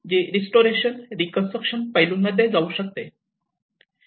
जी restoration reconstruction पैलूंमध्ये जाऊ शकते